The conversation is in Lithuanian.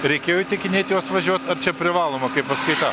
reikėjo įtikinėti juos važiuot ar čia privaloma kaip paskaita